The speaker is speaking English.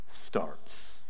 starts